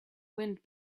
wind